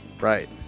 Right